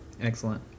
Excellent